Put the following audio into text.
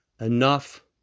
enough